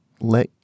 let